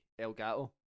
Elgato